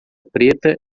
preta